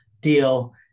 deal